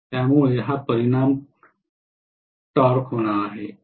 त्यामुळे हा परिणाम टॉर्क होणार आहे